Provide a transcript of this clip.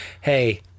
hey